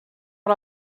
per